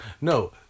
No